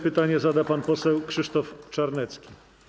Pytanie zada pan poseł Krzysztof Czarnecki.